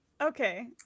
okay